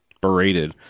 berated